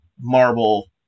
marble